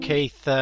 Keith